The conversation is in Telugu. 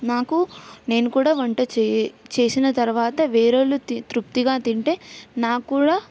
నాకు నేను కూడా వంట చెయ్యి చేసిన తర్వాత వేరే వాళ్ళు తి తృప్తిగా తింటే నాకు కూడా